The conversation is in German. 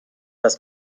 das